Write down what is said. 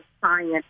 science